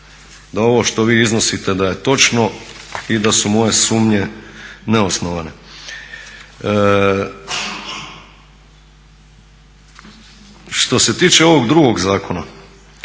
da ovo što vi iznosite da je točno i da su moje sumnje neosnovane. Što se tiče ovog drugog zakona,